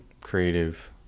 creative